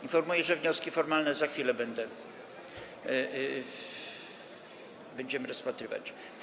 Informuję, że wnioski formalne za chwilę będziemy rozpatrywać.